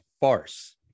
farce